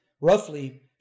roughly